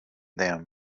them